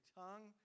tongue